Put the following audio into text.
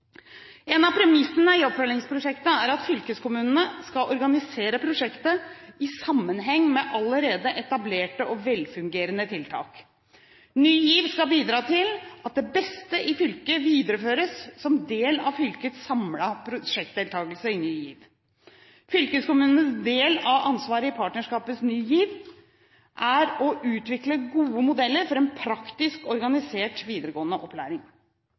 En av premissene i Oppfølgingsprosjektet er at fylkeskommunene skal organisere prosjektet i sammenheng med allerede etablerte og velfungerende tiltak. Ny GIV skal bidra til at det beste i fylket videreføres som del av fylkets samlede prosjektdeltakelse i Ny GIV. Fylkeskommunenes del av ansvaret i partnerskapet Ny GIV er å utvikle gode modeller for en praktisk organisert videregående opplæring.